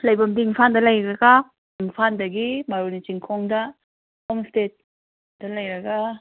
ꯂꯩꯕꯝꯗꯤ ꯏꯝꯐꯥꯜꯗ ꯂꯩꯔꯒ ꯏꯝꯐꯥꯟꯗꯒꯤ ꯕꯥꯔꯨꯅꯤ ꯆꯤꯡꯈꯣꯡꯗ ꯍꯣꯝ ꯁ꯭ꯇꯦꯗ ꯂꯩꯔꯒ